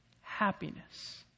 happiness